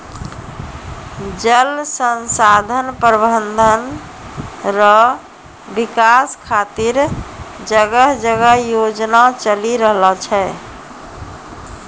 जल संसाधन प्रबंधन रो विकास खातीर जगह जगह योजना चलि रहलो छै